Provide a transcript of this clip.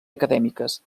acadèmiques